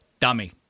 Dummy